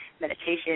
meditation